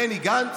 בבני גנץ